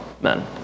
men